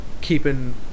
keeping